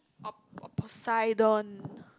op~ op~ Poseidon